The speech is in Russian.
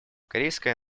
корейская